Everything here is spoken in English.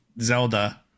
Zelda